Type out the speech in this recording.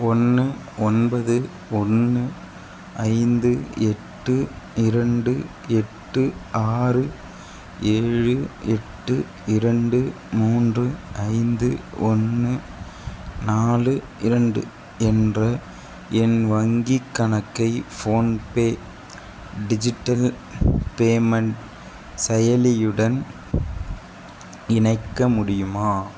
ஒன்று ஒன்பது ஒன்று ஐந்து எட்டு இரண்டு எட்டு ஆறு ஏழு எட்டு இரண்டு மூன்று ஐந்து ஒன்று நாலு இரண்டு என்ற என் வங்கிக் கணக்கை ஃபோன்பே டிஜிட்டல் பேமெண்ட் செயலியுடன் இணைக்க முடியுமா